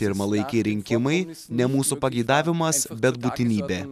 pirmalaikiai rinkimai ne mūsų pageidavimas bet būtinybė